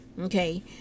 Okay